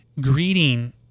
greeting